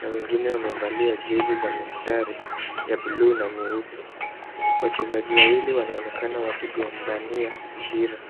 na wengine wamevalia jezi za mistari ya blue na nyeupe. Wachezaji wawili wanaonekana wakigombania mpira.